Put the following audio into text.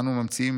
אנו ממציאים